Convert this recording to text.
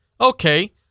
Okay